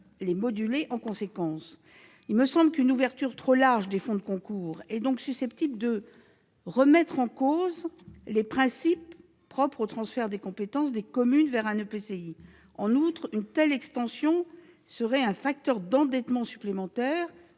les moduler. Il me semble qu'une ouverture trop large des fonds de concours serait susceptible de remettre en cause les principes propres au transfert de compétences des communes vers un EPCI. J'ajoute qu'une telle extension serait un facteur d'endettement supplémentaire